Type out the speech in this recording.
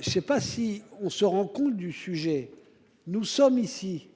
Je sais pas si. On se rend compte du sujet. Nous sommes ici.